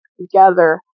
together